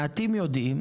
מעטים יודעים,